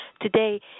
Today